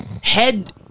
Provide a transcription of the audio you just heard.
head